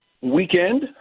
weekend